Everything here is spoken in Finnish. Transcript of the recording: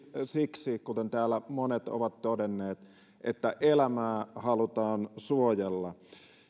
siksi kuten täällä monet ovat todenneet että elämää halutaan suojella